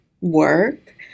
work